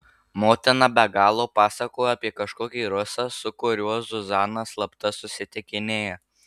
motina be galo pasakojo apie kažkokį rusą su kuriuo zuzana slapta susitikinėja